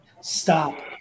stop